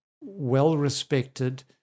well-respected